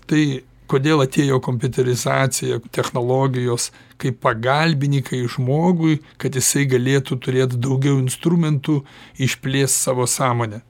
tai kodėl atėjo kompiuterizacija technologijos kaip pagalbinikai žmogui kad jisai galėtų turėt daugiau instrumentų išplėst savo sąmonę